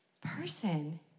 person